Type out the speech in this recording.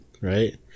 Right